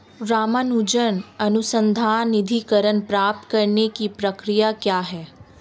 रामानुजन अनुसंधान निधीकरण प्राप्त करने की प्रक्रिया क्या है?